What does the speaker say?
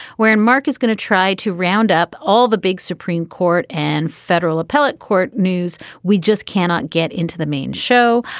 where and mark is going to try to round up all the big supreme court and federal appellate court news. we just cannot get into the main show,